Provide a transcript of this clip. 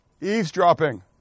Eavesdropping